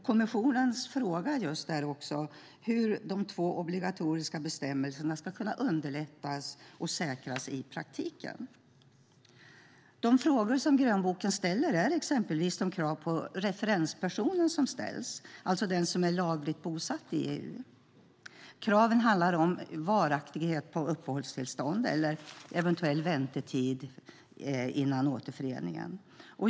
Kommissionens fråga är hur de två obligatoriska bestämmelserna ska kunna underlättas och säkras i praktiken. De frågor som ställs i grönboken gäller exempelvis de krav som ställs på referenspersoner - alltså de som är lagligt bosatta i EU. Kraven handlar om varaktighet på uppehållstillstånd och eventuell väntetid före återföreningen.